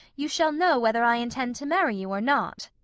you shall know whether i intend to marry you or not.